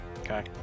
Okay